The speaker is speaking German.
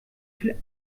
viel